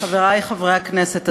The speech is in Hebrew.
חברי חברי הכנסת,